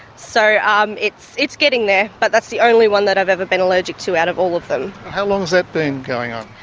so um it's it's getting there, but that's the only one that i've ever been allergic to out of all of them. and how long has that been going on?